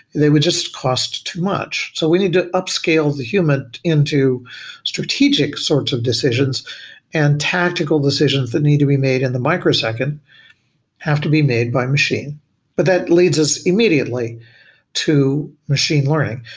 they would just cost too much. so we need to upscale the human into strategic sorts of decisions and tactical decisions that need to be made in the microsecond have to be made by machine but that leads us immediately to machine learning.